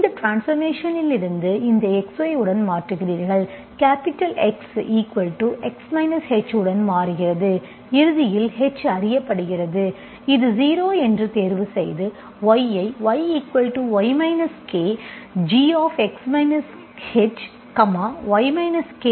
இந்த ட்ரான்ஸ்பார்மேஷன் இல் இருந்து இந்த X Y உடன் மாற்றுகிறீர்கள் கேப்பிடல் X Xx h உடன் மாறுகிறது இறுதியில் h அறியப்படுகிறது இது 0 என்று தேர்வு செய்து Y ஐ Yy k gx hy kC0மாற்றலாம்